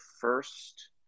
first